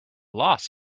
loss